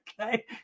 okay